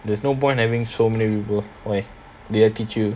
there's no point having so many people why did I teach you